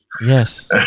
Yes